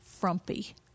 frumpy